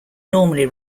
normally